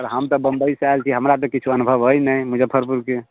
हम तऽ बम्बइसँ आयल छी हमरा तऽ किछु अनुभव अइ ने मुजफ्फरपुरके